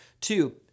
Two